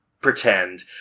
pretend